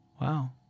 Wow